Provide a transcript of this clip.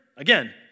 Again